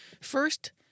first